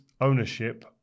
ownership